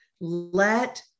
Let